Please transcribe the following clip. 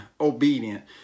obedient